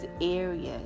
areas